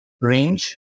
range